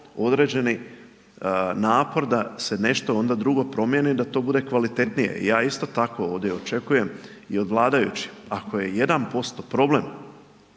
određeni napor da se nešto onda drugo promijeni i da to bude kvalitetnija. Ja isto tako ovdje očekujem i od vladajućih ako je 1% problem,